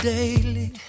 daily